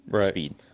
speed